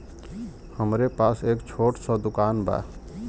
हमरे पास एक छोट स दुकान बा